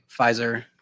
Pfizer